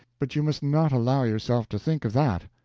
but you must not allow yourself to think of that.